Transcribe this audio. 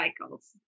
cycles